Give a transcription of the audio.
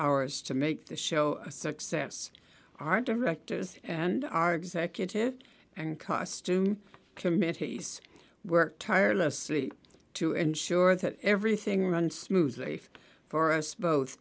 hours to make the show a success our directors and our executive and costume committees work tirelessly to ensure that everything runs smoothly for us both